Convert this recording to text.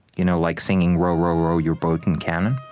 you know like singing row, row, row your boat in canon.